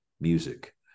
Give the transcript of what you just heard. music